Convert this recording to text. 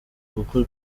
kuko